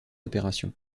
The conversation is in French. opérations